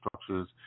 structures